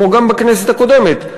כמו גם בכנסת הקודמת,